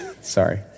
Sorry